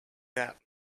that